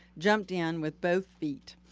jumped in with both feet.